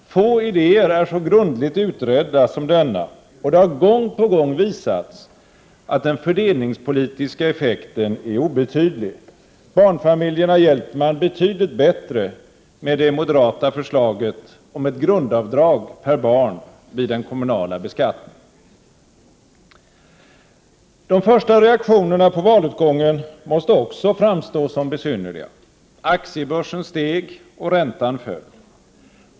Få idéer är så grundligt utredda som denna, och det har gång på gång visats att den fördelningspolitiska effekten är obetydlig. Barnfamiljerna hjälper man betydligt bättre med det moderata förslaget om ett grundavdrag per barn vid den kommunala beskattningen. De första reaktionerna på valutgången måste också framstå som besynnerliga. Aktiebörsen steg och räntan föll.